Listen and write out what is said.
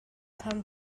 pen